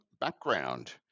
background